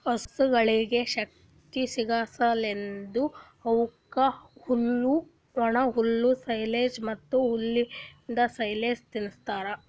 ಹಸುಗೊಳಿಗ್ ಶಕ್ತಿ ಸಿಗಸಲೆಂದ್ ಅವುಕ್ ಹುಲ್ಲು, ಒಣಹುಲ್ಲು, ಸೈಲೆಜ್ ಮತ್ತ್ ಹುಲ್ಲಿಂದ್ ಸೈಲೇಜ್ ತಿನುಸ್ತಾರ್